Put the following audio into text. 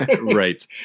Right